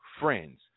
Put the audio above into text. friends